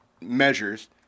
measures